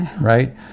right